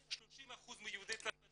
30% מיהודי צרפת,